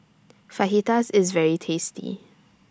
Fajitas IS very tasty